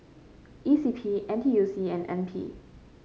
E C P N T U C and N P